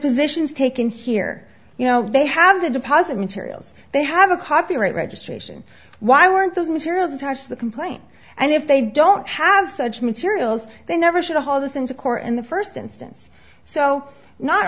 positions taken here you know they have the deposit materials they have a copyright registration why weren't those materials attach the complaint and if they don't have such materials they never should have all this into court in the first instance so not